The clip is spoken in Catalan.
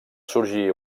sorgir